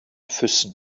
füssen